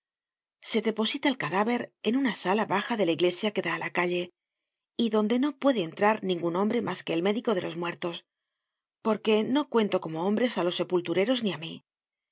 se deposita el cadáver en una sala baja de la iglesia que da á la calle y donde no puede entrar ningun hombre mas que el médico de los muertos porque no cuento como hombres á los sepultureros ni á mí